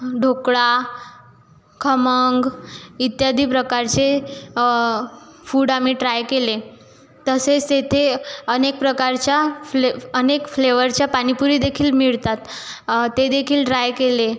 ढोकळा खमण इत्यादी प्रकारचे फूड आम्ही ट्राय केले तसेच येथे अनेक प्रकारच्या फ्ले अनेक फ्लेवरच्या पाणीपुरीदेखील मिळतात ते देखील ड्राय केले